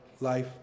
life